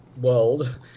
world